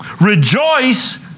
Rejoice